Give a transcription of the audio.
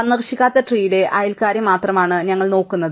സന്ദർശിക്കാത്ത ട്രീടെ അയൽക്കാരെ മാത്രമാണ് ഞങ്ങൾ നോക്കുന്നത്